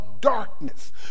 darkness